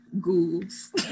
ghouls